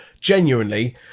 Genuinely